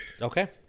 Okay